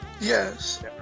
Yes